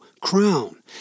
Crown